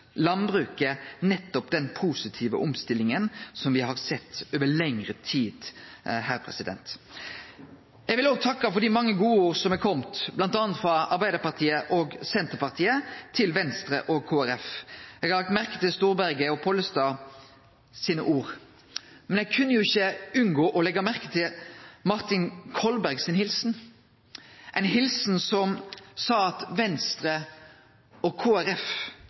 landbruket nettopp den positive omstillinga som me har sett over lengre tid her. Eg vil òg takke for dei mange gode orda som har kome, bl.a. frå Arbeidarpartiet og Senterpartiet, til Venstre og Kristeleg Folkeparti. Eg har lagt merke til Storberget og Pollestads ord. Men eg kunne ikkje unngå å leggje merke til Martin Kolbergs helsing – ei helsing som sa at Venstre og